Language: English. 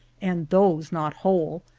and those not whole,